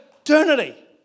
eternity